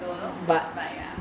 don't know like ah